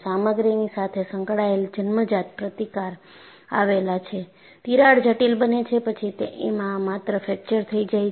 સામગ્રીની સાથે સંકળાયેલ જન્મજાત પ્રતિકાર આવેલા છે તિરાડ જટિલ બને છે પછી એમાં માત્ર ફ્રેકચર થઈ જાય છે